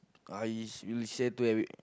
uh is you share to have it